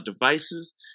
Devices